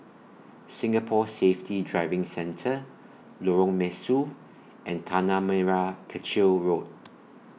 Singapore Safety Driving Centre Lorong Mesu and Tanah Merah Kechil Road